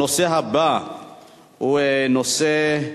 הנושא הבא הוא הנושא: